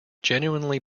genuinely